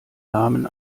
namen